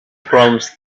promised